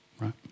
Right